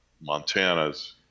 Montana's